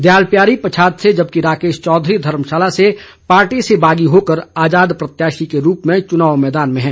दयाल प्यारी पच्छाद से जबकि राकेश चौधरी धर्मशाला से पार्टी से बागी होकर आजाद प्रत्याशी के रूप में चुनाव मैदान में हैं